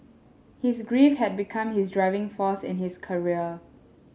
his grief had become his driving force in his career